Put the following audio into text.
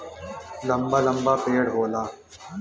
लंबा लंबा पेड़ होला